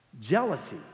Jealousy